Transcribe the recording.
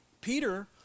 Peter